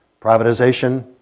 privatization